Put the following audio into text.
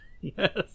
Yes